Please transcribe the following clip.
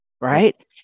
right